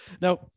Now